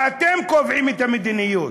ואתם קובעים את המדיניות.